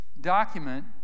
document